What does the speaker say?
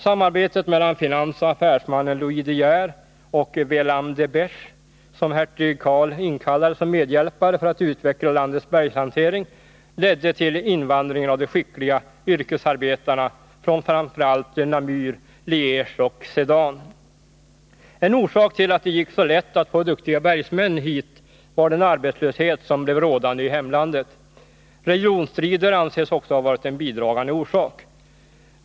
Samarbetet mellan finansoch affärsmannen Louis de Geer och Welam de Besche, som hertig Karl inkallade som medhjälpare för att utveckla landets bergshantering, ledde till invandringen av de skickliga yrkesarbetarna från framför allt Namur, Ligge och Sedan. En orsak till att det gick så lätt att få duktiga bergsmän hit var den arbetslöshet som blev rådande i hemlandet. Religionsstrider anses också ha varit en bidragande orsak.